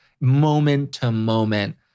moment-to-moment